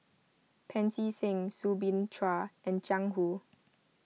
Pancy Seng Soo Bin Chua and Jiang Hu